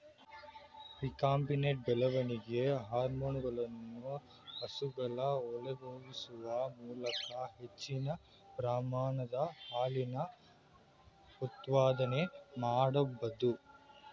recombinant ಬೆಳವಣಿಗೆ ಹಾರ್ಮೋನುಗಳನ್ನು ಹಸುಗಳ ಒಳಹೊಗಿಸುವ ಮೂಲಕ ಹೆಚ್ಚಿನ ಪ್ರಮಾಣದ ಹಾಲಿನ ಉತ್ಪಾದನೆ ಮಾಡ್ಬೋದು